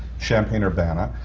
champaign-urbana.